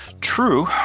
True